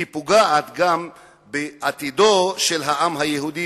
אלא היא פוגעת גם בעתידו של העם היהודי